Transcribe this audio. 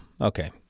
Okay